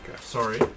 Sorry